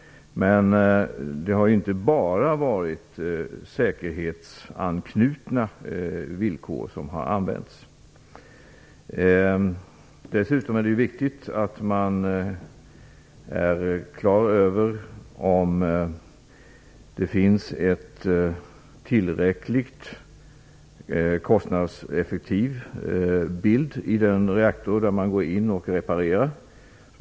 Men det har inte bara varit säkerhetsanknutna villkor som har ställts. Det är dessutom viktigt att man är på det klara med om det finns en tillräckligt kostnadseffektiv bild för den reaktor där man går in och reparerar.